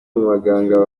baganga